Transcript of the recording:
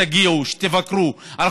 תגיעו ליישובים הדרוזיים, תבקרו, תכירו.